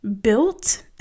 built